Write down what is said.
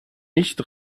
nicht